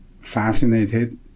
fascinated